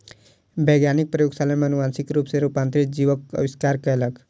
वैज्ञानिक प्रयोगशाला में अनुवांशिक रूप सॅ रूपांतरित जीवक आविष्कार कयलक